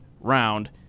round